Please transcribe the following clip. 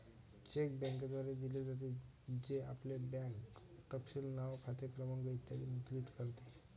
check बँकेद्वारे दिले जाते, जे आपले बँक तपशील नाव, खाते क्रमांक इ मुद्रित करते